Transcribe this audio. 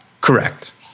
Correct